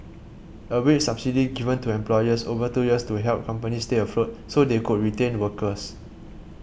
a wage subsidy given to employers over two years to help companies stay afloat so they could retain workers